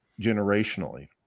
generationally